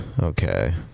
Okay